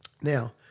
Now